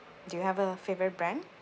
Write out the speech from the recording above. do you have a favourite brand